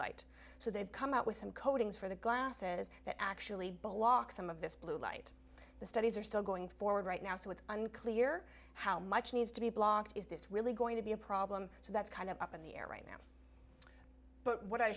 light so they've come out with some coatings for the glasses that actually block some of this blue light the studies are still going forward right now so it's unclear how much needs to be blocked is this really going to be a problem so that's kind of up in the air right now but what i